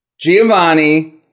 Giovanni